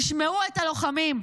תשמעו את הלוחמים,